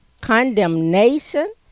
condemnation